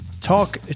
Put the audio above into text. talk